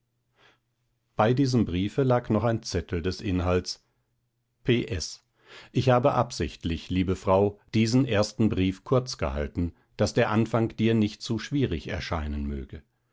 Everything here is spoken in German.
bei diesem briefe lag noch ein zettel des inhalts p s ich habe absichtlich liebe frau diesen ersten brief kurz gehalten daß der anfang dir nicht zu schwierig erscheinen möge